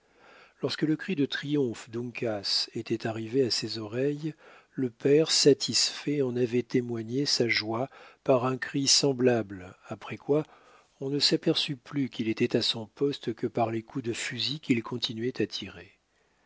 lorsque le cri de triomphe d'uncas était arrivé à ses oreilles le père satisfait en avait témoigné sa joie par un cri semblable après quoi on ne s'aperçut plus qu'il était à son poste que par les coups de fusil qu'il continuait à tirer